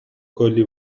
کلی